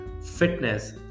fitness